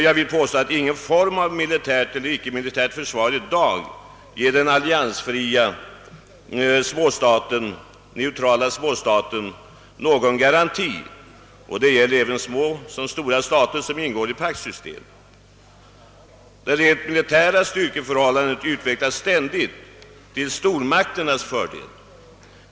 Jag vill påstå att ingen form av militärt eller icke militärt försvar i dag ger den alliansfria neutrala småstaten någon garanti — det gäller även såväl små som stora stater som ingår i ett paktsystem. Det rent militära styrkeförhållandet utvecklas ständigt till stormakternas fördel.